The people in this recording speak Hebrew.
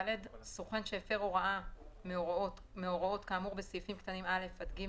(ד) סוכן שהפר הוראה מההוראות כאמור בסעיפים קטנים (א) עד (ג)